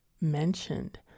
mentioned